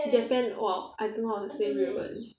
japan !wah! I don't know how to speak 日文